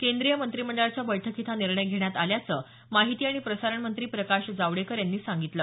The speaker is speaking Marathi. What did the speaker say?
केंद्रीय मंत्रिमंडळाच्या बैठकीत हा निर्णय घेण्यात आल्याचं माहिती आणि प्रसारण मंत्री प्रकाश जावडेकर यांनी सांगितलं